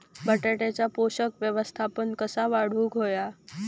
बटाट्याचा पोषक व्यवस्थापन कसा वाढवुक होया?